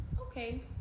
Okay